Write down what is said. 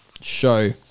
show